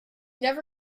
never